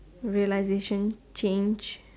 realisation change